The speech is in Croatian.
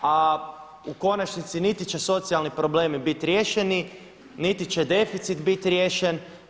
A u konačnici niti će socijalni problemi biti riješeni, niti će deficit biti riješen.